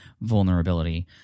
vulnerability